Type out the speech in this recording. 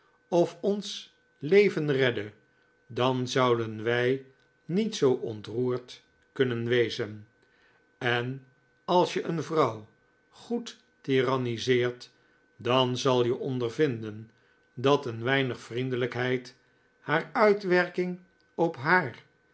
of ons leven redde dan zouden wij niet zoo ontroerd kunnen wezen en als je een vrouw goed tiranniseert dan zal je ondervinden dat een weinig vriendelijkheid haar uitwerking op haar